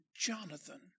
Jonathan